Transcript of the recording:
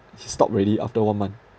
he stop already after one month